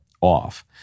off